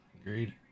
Agreed